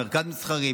מרכז מסחרי,